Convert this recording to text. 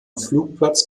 flugplatz